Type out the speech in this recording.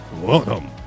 Welcome